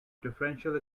differential